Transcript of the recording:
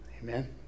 Amen